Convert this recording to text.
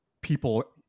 people